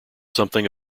something